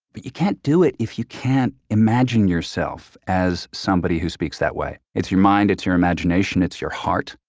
but you can't do it if you can't imagine yourself as somebody who speaks that way. it's your mind, it's your imagination, it's your heart.